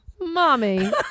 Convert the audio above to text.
Mommy